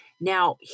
Now